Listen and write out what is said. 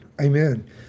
Amen